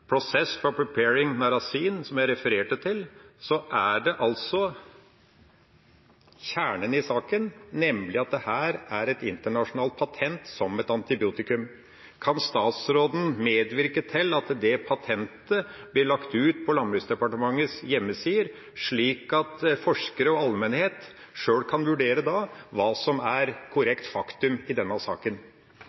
for preparing narasin, som jeg refererte til, er kjernen i saken at det er et internasjonalt patent som antibiotikum. Kan statsråden medvirke til at det patentet blir lagt ut på Landbruksdepartementets hjemmesider, slik at forskere og allmennheten sjøl kan vurdere hva som er korrekt faktum i denne saken?